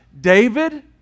David